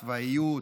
צבאיות,